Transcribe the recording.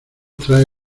trae